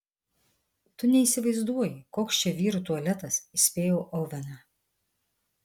tu neįsivaizduoji koks čia vyrų tualetas įspėjau oveną